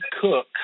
cook